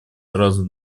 сразу